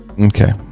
okay